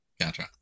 gotcha